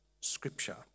Scripture